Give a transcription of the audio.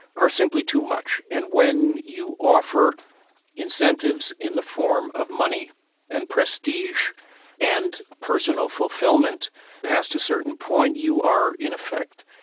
are simply too much, and when you offer incentives in the form of money and prestige and personal fulfilment past a certain point, you are in effect,